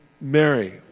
Mary